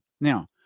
Now